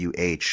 WH